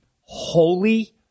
holy